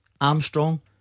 Armstrong